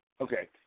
Okay